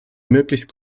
möglichst